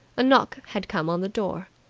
a knock had come on the door.